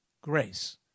grace